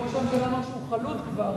כי ראש הממשלה אמר שהוא חלוד כבר,